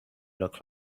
look